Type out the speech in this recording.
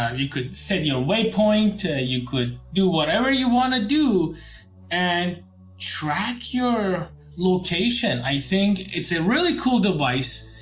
um you could set your way point you could do whatever you wanna do and track your location, i think it's a really cool device.